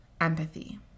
empathy